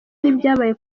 n’ibyabaye